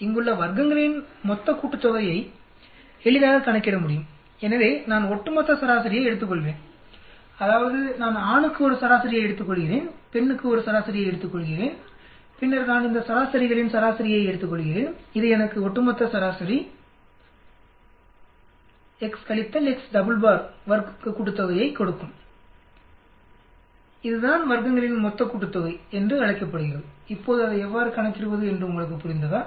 இங்குள்ள வர்க்கங்களின் மொத்த கூட்டுத்தொகையை எளிதாக கணக்கிட முடியும்எனவே நான் ஒட்டுமொத்த சராசரியை எடுத்துக்கொள்வேன்அதாவது நான் ஆணுக்கு ஒரு சராசரியை எடுத்துக்கொள்கிறேன் பெண்ணுக்கு ஒரு சராசரியை எடுத்துக்கொள்கிறேன் பின்னர் நான் இந்த சராசரிகளின் சராசரியை எடுத்துக்கொள்கிறேன் இது எனக்கு ஒட்டுமொத்த சராசரி x கழித்தல் x டபுள் பார் வர்க்க கூட்டுத்தொகையை கொடுக்கும் இதுதான் வர்க்கங்களின் மொத்த கூட்டுத்தொகை என்று அழைக்கப்படுகிறது இப்போது அதை எவ்வாறு கணக்கிடுவது என்று உங்களுக்கு புரிந்ததா